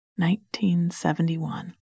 1971